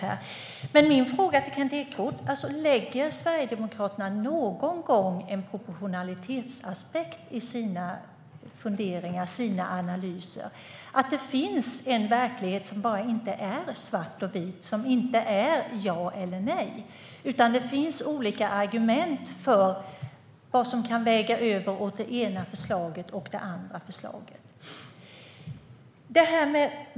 Men jag har en fråga till Kent Ekeroth: Lägger Sverigedemokraterna någon gång en proportionalitetsaspekt i sina funderingar och analyser - att det finns en verklighet som inte bara är svart eller vit och ja eller nej och att det finns olika argument för vad som kan väga över mot det ena eller andra förslaget?